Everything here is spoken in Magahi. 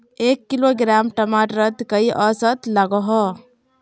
एक किलोग्राम टमाटर त कई औसत लागोहो?